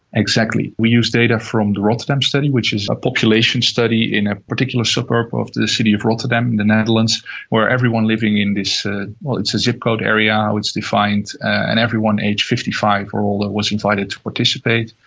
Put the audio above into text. exactly. we used data from the rotterdam study, which is a population study in a particular suburb of the city of rotterdam in the netherlands where everyone living in this, ah well, it's a zip code area which is defined, and everyone aged fifty five or older was invited to participate,